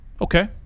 okay